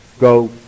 go